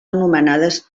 anomenades